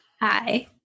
Hi